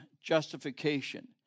justification